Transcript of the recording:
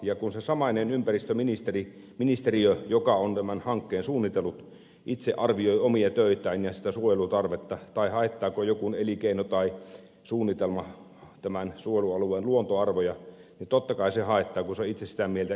ja kun se samainen ympäristöministeriö joka on tämän hankkeen suunnitellut itse arvioi omia töitään ja sitä suojelutarvetta tai sitä haittaako joku elinkeino tai suunnitelma tämän suojelualueen luontoarvoja niin totta kai se haittaa kun se on itse sitä mieltä ja itse sen suunnitellut